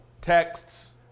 texts